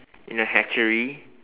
in a hatchery